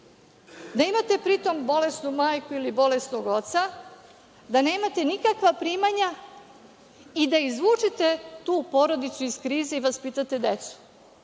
da imate pri tom bolesnu majku ili bolesnog oca, da nemate nikakva primanja i da izvučete tu porodicu iz krize i vaspitate decu.